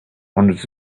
hundreds